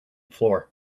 floor